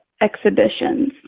exhibitions